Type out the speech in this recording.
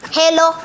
hello